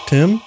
Tim